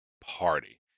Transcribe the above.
party